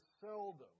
seldom